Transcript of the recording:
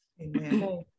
Amen